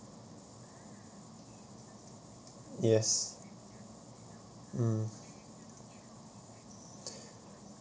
yes mm